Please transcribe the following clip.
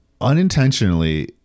Unintentionally